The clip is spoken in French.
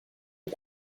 ont